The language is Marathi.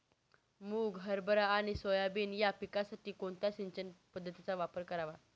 मुग, हरभरा आणि सोयाबीन या पिकासाठी कोणत्या सिंचन पद्धतीचा वापर करावा?